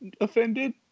offended